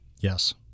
Yes